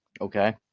Okay